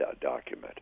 document